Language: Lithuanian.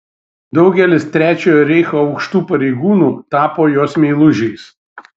daugelis trečiojo reicho aukštų pareigūnų tapo jos meilužiais